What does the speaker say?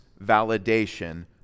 validation